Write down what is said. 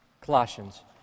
Colossians